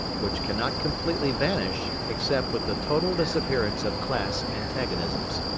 which cannot completely vanish except with the total disappearance of class antagonisms.